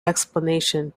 explanation